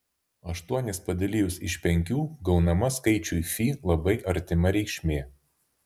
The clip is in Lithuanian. aštuonis padalijus iš penkių gaunama skaičiui fi labai artima reikšmė